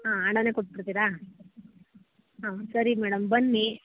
ಹಾಂ ಹಣನೆ ಕೊಟ್ಟುಬಿಡ್ತೀರ ಹಾಂ ಸರಿ ಮೇಡಮ್ ಬನ್ನಿ